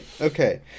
okay